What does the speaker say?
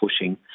pushing